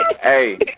Hey